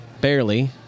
barely